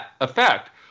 effect